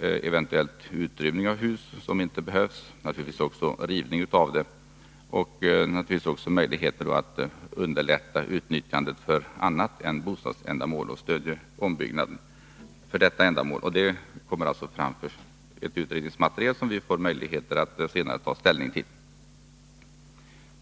eventuellt utrymning av hus som inte behövs och naturligtvis också rivning. Det bör också finnas möjligheter att underlätta utnyttjandet för annat än bostadsändamål och stödja ombyggnad av hus för detta ändamål. Det kommer alltså ett utredningsmaterial, som vi senare får möjlighet att ta ställning till.